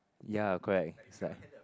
ya correct it's like